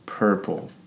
purple